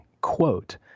quote